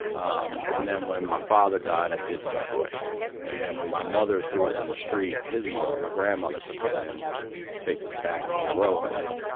um, and then when my father died, i did start questioning it. and then when my mother threw us in the street, his mom, my grandmother, took us in, which takes us back to the row home.